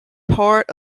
part